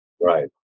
Right